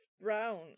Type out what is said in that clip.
brown